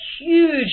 huge